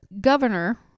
governor